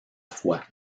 foi